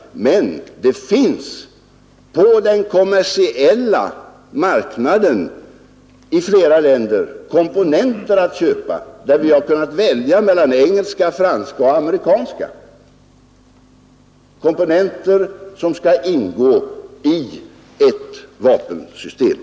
På den kommersiella marknaden i flera länder finns det emellertid att köpa komponenter som skall ingå i ett vapensystem, och därvid har vi kunnat välja mellan engelska, franska och amerikanska,